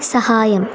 സഹായം